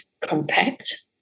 compact